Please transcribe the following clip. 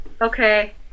okay